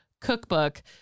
cookbook